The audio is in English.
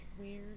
weird